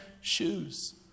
shoes